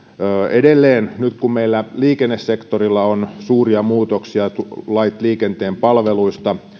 edelleen nyt kun meillä liikennesektorilla on suuria muutoksia lait liikenteen palveluista